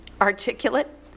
articulate